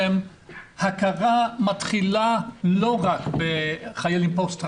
הכרה מתחילה לא רק בחיילים פוסט טראומטיים,